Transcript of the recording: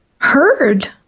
heard